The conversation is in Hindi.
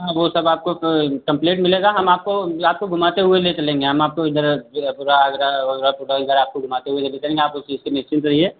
हाँ वह सब आपको कंप्लीट मिलेगा हम आपको आपको घुमाते हुए ले चलेंगे हम आपको इधर पूरा आगरा आगरा पूरा इधर घुमाते हुए लेकर चलेंगे आप लोग उस चीज़ से निश्चिंत रहिए